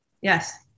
Yes